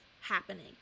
happening